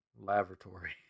laboratory